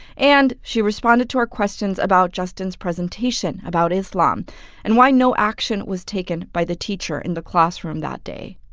and she responded to our questions about justin's presentation about islam and why no action was taken by the teacher in the classroom that day.